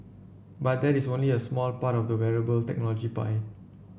but that is only a smart part of the wearable technology pie